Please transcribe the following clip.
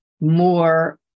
more